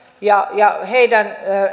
ja ja heidän